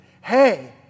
hey